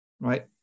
Right